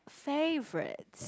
favourite